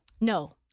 No